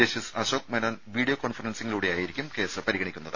justice Ashok Menon video കോൺഫറൻസിലൂടെയായിരിക്കും case പരിഗണിക്കുന്നത്